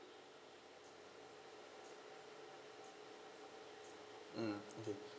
mm okay